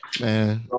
Man